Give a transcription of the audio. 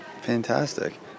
Fantastic